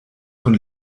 von